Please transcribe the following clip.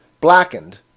blackened